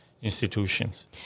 institutions